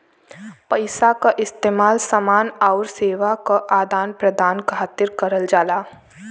पइसा क इस्तेमाल समान आउर सेवा क आदान प्रदान खातिर करल जाला